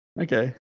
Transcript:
Okay